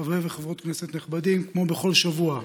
חברי וחברות כנסת נכבדים, כמו בכל שבוע,